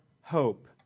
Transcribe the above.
hope